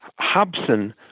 Hobson